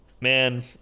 man